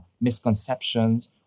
misconceptions